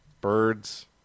birds